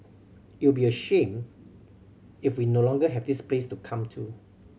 it'll be a shame if we no longer have this place to come to